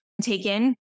taken